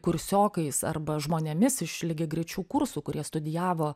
kursiokais arba žmonėmis iš lygiagrečių kursų kurie studijavo